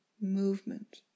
movement